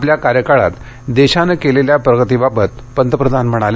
आपल्या कार्यकाळात देशानं केलेल्या प्रगतीबाबत पंतप्रधान म्हणाले